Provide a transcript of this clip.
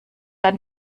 dann